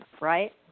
right